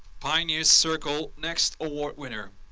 pioneer circle, next award winner.